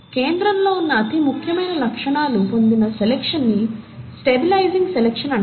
కేంద్రంలో ఉన్న అతిముఖ్యమైన లక్షణాలు పొందిన సెలక్షన్ ని స్టెబిలైజింగ్ సెలక్షన్ అంటారు